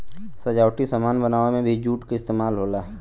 सजावटी सामान बनावे में भी जूट क इस्तेमाल होला